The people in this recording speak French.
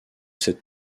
cette